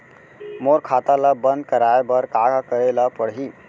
मोर खाता ल बन्द कराये बर का का करे ल पड़ही?